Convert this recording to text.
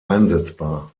einsetzbar